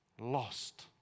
lost